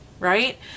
right